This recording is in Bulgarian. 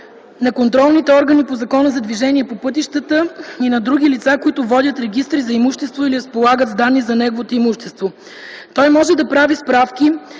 контролните органи по Закона за движението по пътищата и на други лица, които водят регистри за имущество или разполагат с данни за неговото имущество. Той може да прави справки